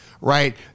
right